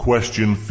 Question